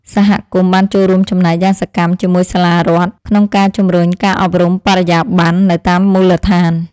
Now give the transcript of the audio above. សហគមន៍បានចូលរួមចំណែកយ៉ាងសកម្មជាមួយសាលារដ្ឋក្នុងការជំរុញការអប់រំបរិយាបន្ននៅតាមមូលដ្ឋាន។